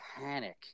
panic